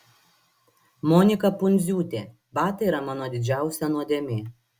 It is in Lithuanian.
monika pundziūtė batai yra mano didžiausia nuodėmė